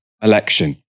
election